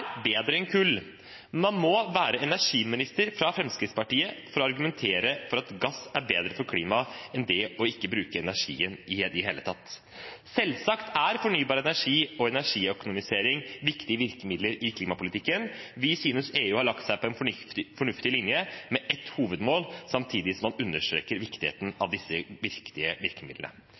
bedre enn kull, men man må være energiminister fra Fremskrittspartiet for å argumentere for at gass er bedre for klimaet enn ikke å bruke energien i det hele tatt. Selvsagt er fornybar energi og energiøkonomisering viktige virkemidler i klimapolitikken. Vi synes EU har lagt seg på en fornuftig linje med ett hovedmål, samtidig som man understreker viktigheten av disse viktige virkemidlene.